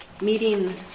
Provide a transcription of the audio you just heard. Meeting